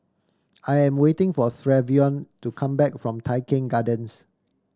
I am waiting for Trevion to come back from Tai Keng Gardens